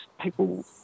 people